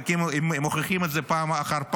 והם מוכיחים את זה פעם אחר פעם,